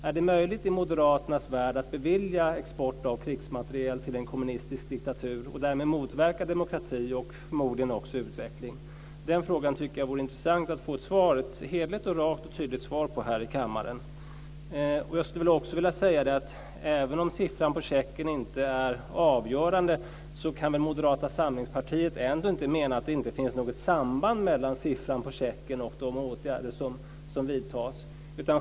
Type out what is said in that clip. Är det möjligt i moderaternas värld att bevilja export av krigsmateriel till en kommunistisk diktatur och därmed motverka demokrati och förmodligen också utveckling? Den frågan tycker jag vore intressant att få ett hederligt, rakt och tydligt svar på här i kammaren. Sedan vill jag säga att även om siffran på checken inte är avgörande kan väl Moderata samlingspartiet ändå inte mena att det inte finns något samband mellan siffran på checken och de åtgärder som vidtas.